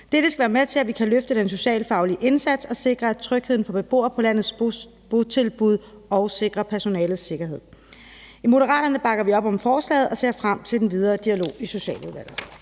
Dette skal være med til, at vi kan løfte den socialfaglige indsats og sikre trygheden for beboere på landets botilbud og sikre personalets sikkerhed. I Moderaterne bakker vi op om forslaget og ser frem til den videre dialog i Socialudvalget.